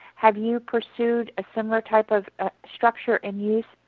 have you pursued a similar type of structure and use,